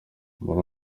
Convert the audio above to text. muri